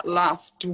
last